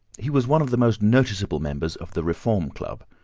he was one of the most noticeable members of the reform club,